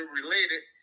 related